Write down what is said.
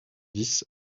dix